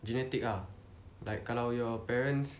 genetic ah like kalau your parents